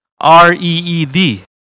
R-E-E-D